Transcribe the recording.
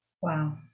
Wow